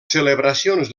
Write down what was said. celebracions